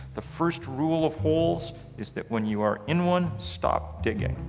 the first rule of holes is that when you are in one, stop digging,